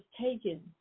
taken